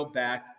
back